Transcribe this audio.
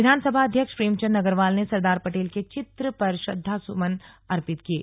विधानसभा अध्यक्ष प्रेमचंद अग्रवाल ने सरदार पटेल के चित्र पर श्रद्वा सुमन अर्पित किये